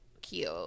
cute